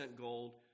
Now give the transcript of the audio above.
gold